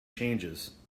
changes